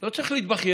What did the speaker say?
לא צריך להתבכיין,